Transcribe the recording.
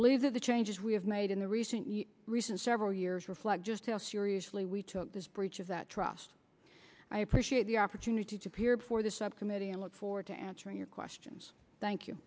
believe that the changes we have made in the recent recent several years reflect just how seriously we took this breach of that trust i appreciate the opportunity to appear before the subcommittee i look forward to answering your questions thank you